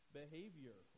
behavior